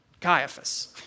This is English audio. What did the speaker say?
Caiaphas